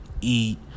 eat